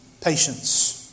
Patience